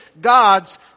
God's